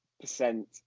percent